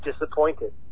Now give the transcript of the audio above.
disappointed